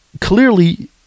clearly